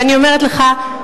ואני אומרת לך,